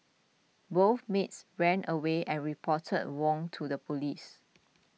both maids ran away and reported Wong to the police